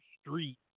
street